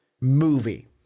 movie